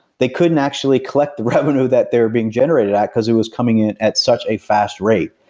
they couldn't actually collect the revenue that they were being generated at because it was coming in at such a fast rate.